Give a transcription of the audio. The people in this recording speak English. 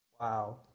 Wow